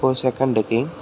ఒకొక సెకండ్కి